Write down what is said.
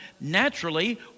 Naturally